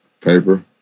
Paper